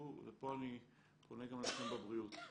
ופה אני פונה גם אליכם בבריאות,